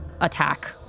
attack